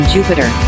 Jupiter